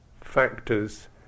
factors